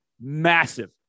massive